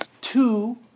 two